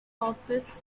office